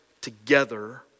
together